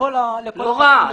לא הוראה.